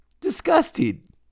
disgusting